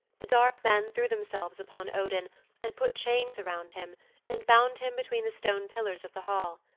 the dark men threw themselves upon odin and put chains around him and bound him between the stone pillars of the hall.